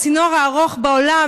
הצינור הארוך בעולם,